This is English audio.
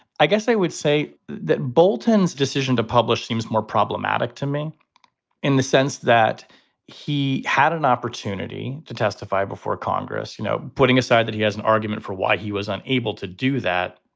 i guess i would say that bolton's decision to publish seems more problematic to me in the sense that he had an opportunity to testify testify before congress. you know, putting aside that he has an argument for why he was unable to do that.